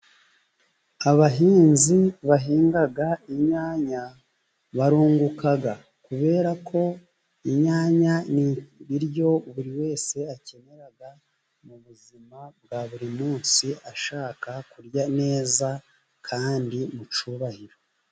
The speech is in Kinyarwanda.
Abahinzi bahinga inyanya barunguka, kubera ko inyanya n'ibiryo buri wese akenera mu buzima bwa buri munsi, ashaka kurya neza kandi mu cyubahiro.